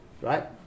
Right